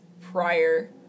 prior